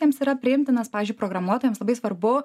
jiems yra priimtinas pavyzdžiui programuotojams labai svarbu